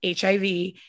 HIV